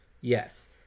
yes